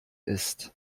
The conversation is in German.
ist